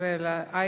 ישראל אייכלר,